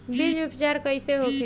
बीज उपचार कइसे होखे?